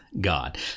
God